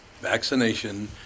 vaccination